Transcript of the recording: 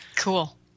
Cool